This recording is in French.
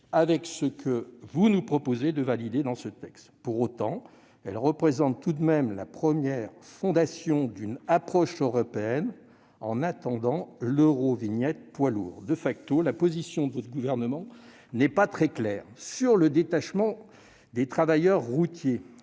avec ce que vous nous proposez de valider dans ce texte. Pour autant, cette directive représente tout de même la première fondation d'une approche européenne, en attendant l'eurovignette poids lourds., la position du Gouvernement n'est pas très claire. Sur le détachement des travailleurs routiers,